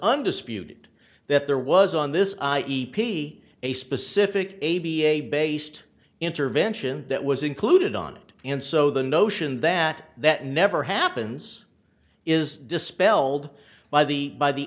undisputed that there was on this i e p a specific a b a based intervention that was included on it and so the notion that that never happens is dispelled by the by the